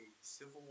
civil